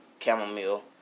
chamomile